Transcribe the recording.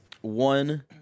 One